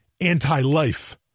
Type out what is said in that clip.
anti-life